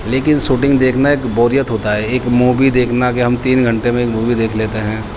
لیکن شوٹنگ دیکھنا ایک بوریت ہوتا ہے ایک مووی دیکھنا کہ ہم تین گھنٹے میں ایک مووی دیکھ لیتے ہیں